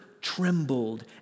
trembled